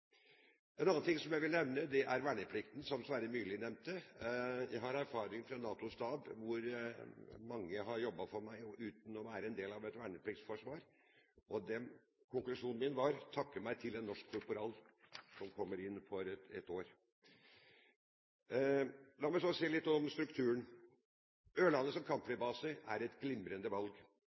En annen ting som jeg vil nevne, er verneplikten, som Sverre Myrli nevnte. Jeg har erfaring fra NATO stab, hvor mange har jobbet for meg uten å være en del av et vernepliktforsvar. Konklusjonen min var: Takke meg til en norsk korporal som kommer inn for ett år! La meg så si litt om strukturen. Ørland som kampflybase er et glimrende valg